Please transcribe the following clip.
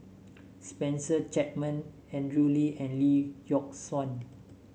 Spencer Chapman Andrew Lee and Lee Yock Suan